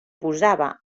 posava